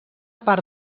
part